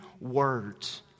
words